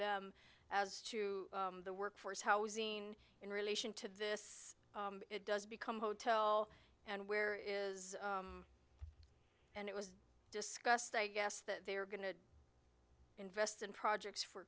them as to the workforce housing in relation to this it does become hotel and where is and it was discussed i guess that they are going to invest in projects for